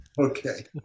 Okay